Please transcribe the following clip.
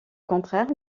contraire